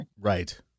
Right